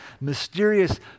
mysterious